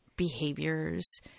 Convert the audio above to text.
Behaviors